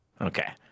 okay